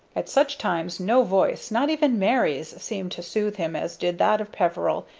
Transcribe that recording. at such times no voice, not even mary's, seemed to soothe him as did that of peveril,